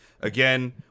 again